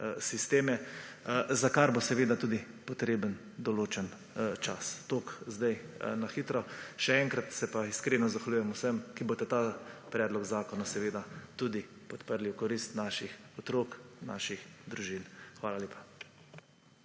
sisteme, za kar bo seveda tudi potreben določen čas. Toliko zdaj na hitro. Še enkrat se pa iskreno zahvaljujem vsem, ki boste ta Predlog zakona seveda tudi podprli v korist naših otrok, naših družin. Hvala lepa.